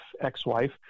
ex-wife